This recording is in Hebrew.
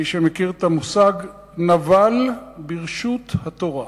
מי שמכיר את המושג, "נבל ברשות התורה",